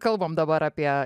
kalbam dabar apie